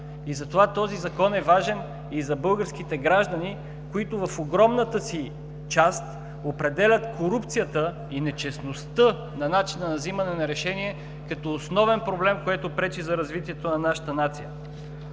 и затова този Закон е важен за българските граждани, които в огромната си част определят корупцията и нечестността, на начина на вземане на решение като основен проблем, който пречи за развитието на нашата нация.